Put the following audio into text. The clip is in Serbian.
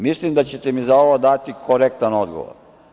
Mislim da ćete mi za ovo dati korektan odgovor.